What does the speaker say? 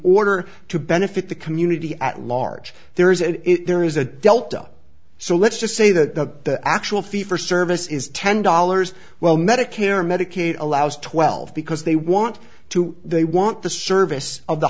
order to benefit the community at large there is a there is a delta so let's just say that the actual fee for service is ten dollars well medicare medicaid allows twelve because they want to they want the service of the